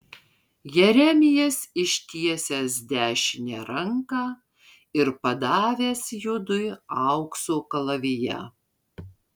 jeremijas ištiesęs dešinę ranką ir padavęs judui aukso kalaviją